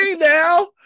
now